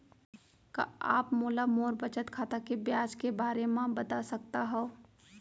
का आप मोला मोर बचत खाता के ब्याज के बारे म बता सकता हव?